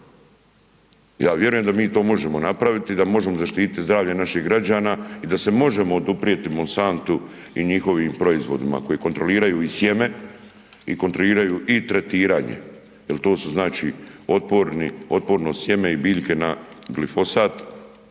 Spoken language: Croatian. Ja vjerujem da mi to možemo napraviti i da možemo zaštititi zdravlje naših građana i da se možemo oduprijeti Monsantu i njihovim proizvodima koji kontroliraju iz sjeme i kontroliraju i tretiranje jer to su znači otporno sjeme i biljke na glifosat